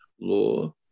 law